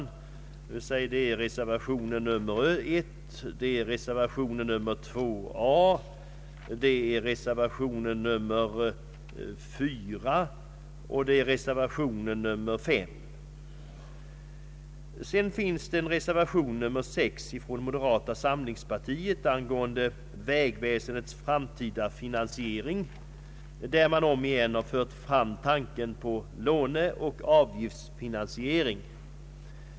Det gäller reservationen 1, reservationen 2 a, reservationen 4 och reservationen 5. Dessutom finns en reservation nr 6 från moderata samlingspartiet angående vägväsendets framtida finansiering. Där har man återigen fört fram tanken på låneoch avgiftsfinansiering.